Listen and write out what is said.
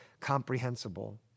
comprehensible